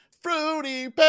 Fruity